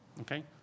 okay